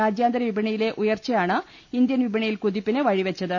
രാജ്യാ ന്തര വിപണിയിലെ ഉയർച്ചയാണ് ഇന്ത്യൻ പ്രിപണിയിൽ കുതി പ്പിന് വിഴിവെച്ചത്